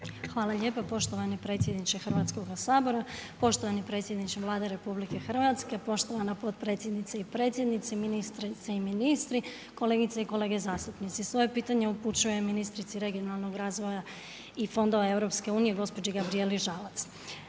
vam lijepo poštovani predsjedniče Hrvatskog sabora. Poštovani predsjedniče Vlade RH, poštovana potpredsjednice i predsjednici, ministrice i ministri, kolegice i kolege zastupnici. Svoje pitanje upućujem ministrici regionalnog razvoja i fondova Eu gospođi Gabrijeli Žalac.